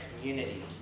community